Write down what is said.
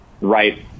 right